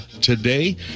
today